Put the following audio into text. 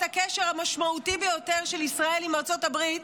הקשר המשמעותי ביותר של ישראל עם ארצות הברית,